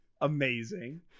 Amazing